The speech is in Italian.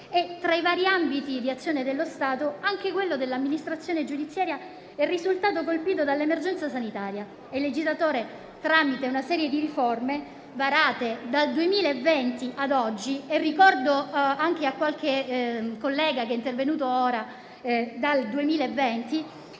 e, tra i vari ambiti di azione dello Stato, anche quello dell'amministrazione giudiziaria è risultato colpito dall'emergenza sanitaria. Il legislatore, tramite una serie di riforme varate dal 2020 ad oggi - lo ricordo anche a qualche collega, che è intervenuto: dal 2020